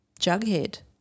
Jughead